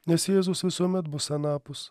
nes jėzus visuomet bus anapus